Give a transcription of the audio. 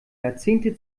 jahrzehnte